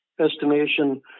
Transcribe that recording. estimation